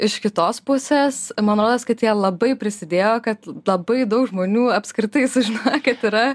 iš kitos pusės man rodos kad jie labai prisidėjo kad labai daug žmonių apskritai sužinojo kad yra